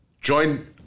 join